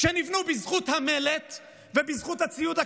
שנבנו בזכות המלט ובזכות הציוד הכבד,